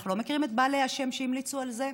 אנחנו לא מכירים את בעלי השם שהמליצו על זה.